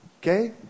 Okay